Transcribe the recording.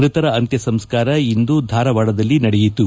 ಮೃತರ ಅಂತ್ಯ ಸಂಸ್ಕಾರ ಇಂದು ಧಾರವಾಡದದಲ್ಲಿ ನಡೆಯಿತು